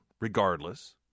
regardless